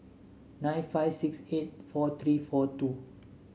nine five six eight four three four two